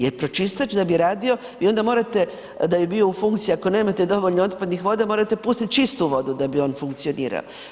Jer pročistač da bi radio vi onda morate da bi bio u funkciji ako nemate dovoljno otpadnih voda morate pustiti čistu vodu da bi on funkcionirao.